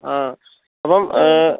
ആ അപ്പോൾ